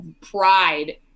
pride